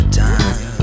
time